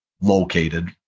located